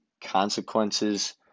consequences